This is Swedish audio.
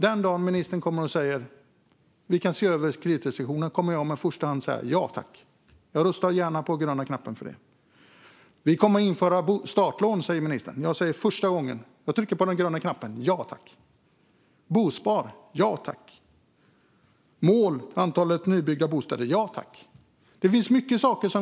Den dag ministern säger att man ska se över kreditrestriktionerna kommer jag att säga ja tack och trycka på gröna knappen. Om ministern vill införa startlån säger jag ja tack och trycker på gröna knappen. Bospar? Ja tack. Mål för antalet nybyggda bostäder? Ja tack.